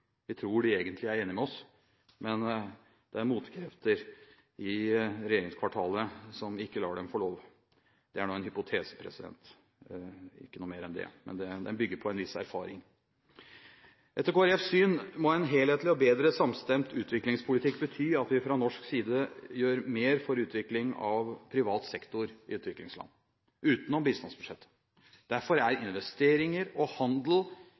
Vi tror de egentlig er enige med oss, men at det er motkrefter i regjeringskvartalet som ikke lar dem få lov. Det er nå en hypotese, ikke noe mer enn det – men den bygger på en viss erfaring. Etter Kristelig Folkepartis syn må en helhetlig og bedre samstemt utviklingspolitikk bety at vi fra norsk side gjør mer for utvikling av privat sektor i utviklingsland, utenom bistandsbudsjettet. Derfor er investeringer og handel